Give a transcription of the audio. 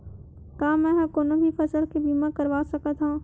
का मै ह कोनो भी फसल के बीमा करवा सकत हव?